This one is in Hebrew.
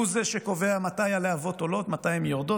הוא זה שקובע מתי הלהבות עולות, מתי הן יורדות.